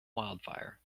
wildfire